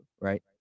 right